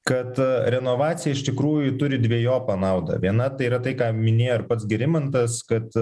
kad renovacija iš tikrųjų turi dvejopą naudą viena tai yra tai ką minėjo ir pats gerimantas kad